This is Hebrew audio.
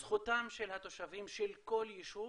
רועי, זכותם של התושבים של כל יישוב